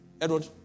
Edward